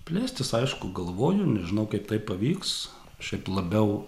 plėstis aišku galvoju nežinau kaip tai pavyks šiaip labiau